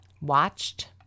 Watched